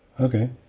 Okay